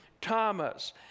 Thomas